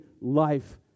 life